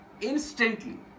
Instantly